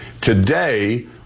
Today